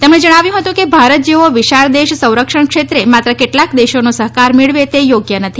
તેમણે કહ્યું કે ભારત જેવો વિશાળ દેશ સંરક્ષણ ક્ષેત્રે માત્ર કેટલાક દેશોનો સહકાર મેળવે તે યોગ્ય નથી